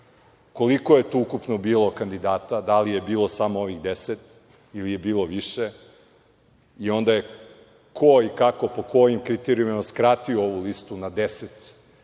koliko je tu ukupno bilo kandidata, da li je bilo samo ovih 10 ili je bilo više, i onda ko je, kako i po kojim kriterijuma skratio ovu listu na 10,